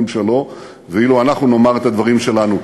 שלו ואילו אנחנו נאמר את הדברים שלנו.